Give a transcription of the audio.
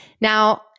Now